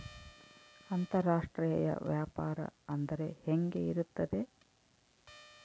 ಅಂತರಾಷ್ಟ್ರೇಯ ವ್ಯಾಪಾರ ಅಂದರೆ ಹೆಂಗೆ ಇರುತ್ತದೆ?